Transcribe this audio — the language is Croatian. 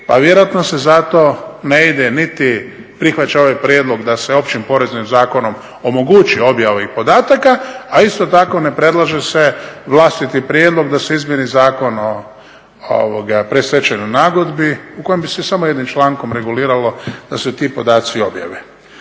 pa vjerojatno se zato ne ide niti, prihvaća ovaj prijedlog da se Općim poreznim zakonom omogući objava ovih podataka, a isto tako ne predlaže se vlastiti prijedlog da se izmijeni Zakon o predstečajnoj nagodbi u kojem bi se samo jednim člankom reguliralo da se ti podaci objave.